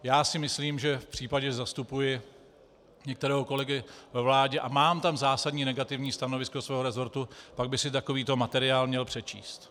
Já si myslím, že v případě, že zastupuji některého kolegu ve vládě a mám tam zásadní negativní stanovisko svého resortu, pak by si takovýto materiál přečíst.